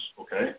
Okay